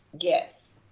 yes